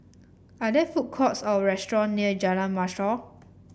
are there food courts or restaurant near Jalan Mashhor